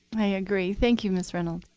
i agree. thank you, ms. reynolds.